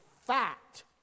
fact